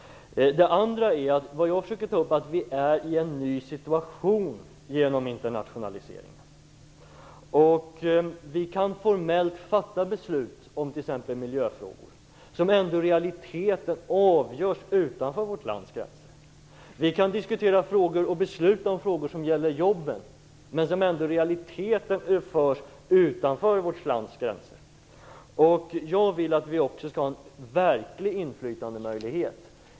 Jag vill vidare peka på att vi genom internationaliseringen befinner oss i en ny situation. Vi kan formellt fatta beslut om t.ex. miljöfrågor som ändå i realiteten avgörs utanför vårt lands gränser. Vi kan diskutera beslut om frågor som gäller jobben men som i realiteten bestäms utanför vårt lands gränser. Jag vill att vi skall ha en verklig inflytandemöjlighet.